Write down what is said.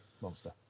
monster